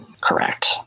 Correct